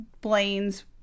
Blaine's